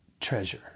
treasure